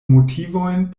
motivojn